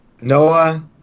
Noah